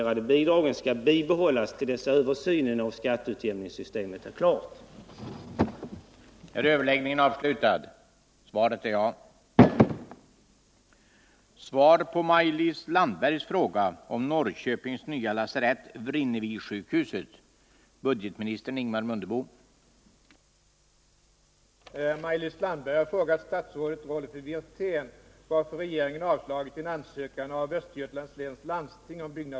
Därför tycker jag att det är otillfredsställande att budgetministern inte ger besked om huruvida han är beredd att medverka till att de